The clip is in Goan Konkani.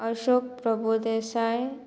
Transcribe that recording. अशोक प्रभुदेसाय